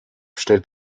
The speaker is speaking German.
stellt